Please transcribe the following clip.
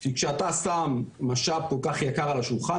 כשאתה שם משאב כל כך יקר על השולחן,